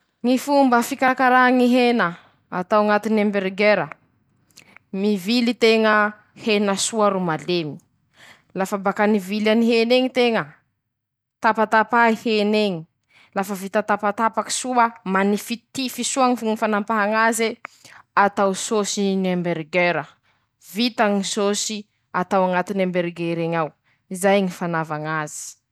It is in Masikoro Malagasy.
Ñy fomba fiasany ñy teleskaopy aminy ñy fañalebeaza ñy raha hentea lavitsy moa; ñy fisiany fitaratsy mazava iñy noho ñy fahaiza teña mañabevata no mampihena ñy habeny raha hentea iñy aminy ñy fisiany fitaratsy alohany ao iñy.